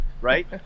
right